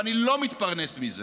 ואני לא מתפרנס מזה.